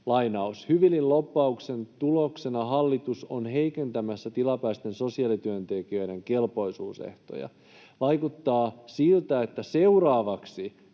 ”Hyvilin lobbauksen tuloksena hallitus on heikentämässä tilapäisten sosiaalityöntekijöiden kelpoisuusehtoja. Vaikuttaa siltä, että seuraavaksi